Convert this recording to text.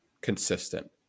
consistent